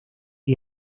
the